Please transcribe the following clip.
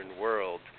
world